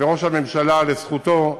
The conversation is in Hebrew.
וראש הממשלה, לזכותו,